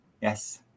Yes